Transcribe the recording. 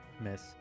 Miss